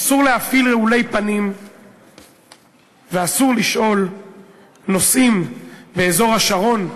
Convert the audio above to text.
אסור להפעיל רעולי פנים ואסור לשאול נוסעים באזור השרון: